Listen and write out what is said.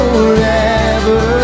Forever